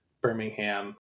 Birmingham